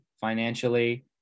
financially